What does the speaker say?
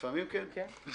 לפעמים כן.